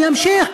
אני אמשיך,